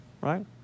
Right